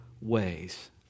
ways